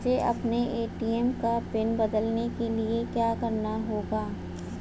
मुझे अपने ए.टी.एम का पिन बदलने के लिए क्या करना होगा?